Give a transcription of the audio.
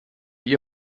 ihr